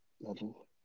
level